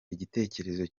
igitekerezo